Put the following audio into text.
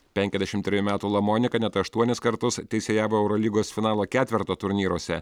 penkiasdešim trejų metų lamonika net aštuonis kartus teisėjavo eurolygos finalo ketverto turnyruose